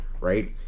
right